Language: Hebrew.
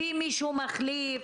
הביא מחליף,